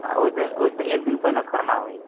आ ओहिसे एक दिन पहिने खरना होइया